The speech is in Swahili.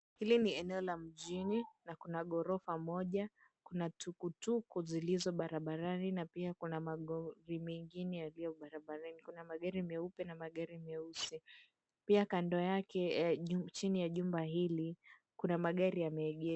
Hili ni eneo la mjini na kuna gorofa moja kuna tukutuku zilizo barabarani na pia kuna malori mengine yaliyo barabarani kuna magari meupe na magari meusi. Pia kando yake chini ya jumba hili kuna magari yameegeshwa.